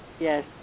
Yes